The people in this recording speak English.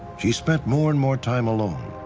she spent more and more time alone.